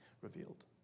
revealed